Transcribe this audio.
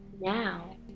Now